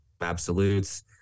absolutes